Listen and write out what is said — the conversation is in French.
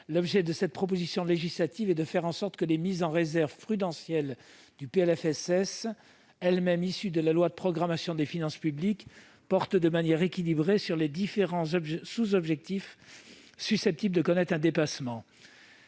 Bonne. Cet amendement vise à ce que les mises en réserve prudentielles du PLFSS, elles-mêmes issues de la loi de programmation des finances publiques, portent de manière équilibrée sur les différents sous-objectifs susceptibles de connaître un dépassement,